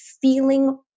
feeling